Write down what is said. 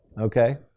Okay